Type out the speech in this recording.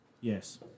Yes